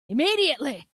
immediately